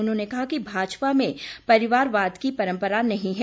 उन्होंने कहा कि भाजपा में परिवारवाद की परम्परा नहीं है